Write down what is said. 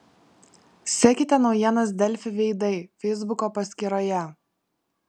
sekite naujienas delfi veidai feisbuko paskyroje